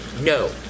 No